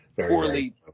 Poorly